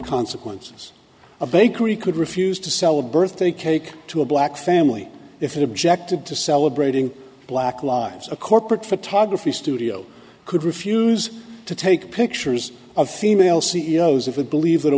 consequences a bakery could refuse to sell a birthday cake to a black family if it objected to celebrating black lives a corporate photography studio could refuse to take pictures of female c e o s of a believe that a